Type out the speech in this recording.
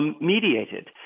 mediated